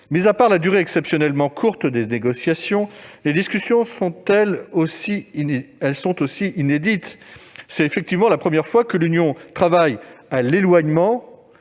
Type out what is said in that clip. à côté de la durée exceptionnellement courte des négociations, les discussions sont, elles aussi, inédites. C'est en effet la première fois que l'Union européenne travaille à l'éloignement